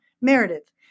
Meredith